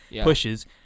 pushes